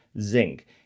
zinc